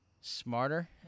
smarter